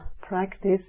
practice